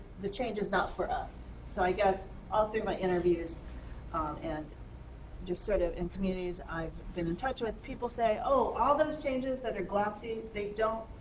the change is not for us. so i guess all through my interviews um and sort of in communities i've been in touch with, people say, oh, all those changes that are glossy, they don't.